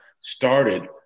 started